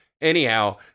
anyhow